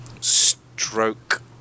stroke